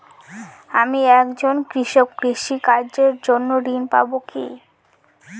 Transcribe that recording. আমি একজন কৃষক কৃষি কার্যের জন্য ঋণ পাব কি?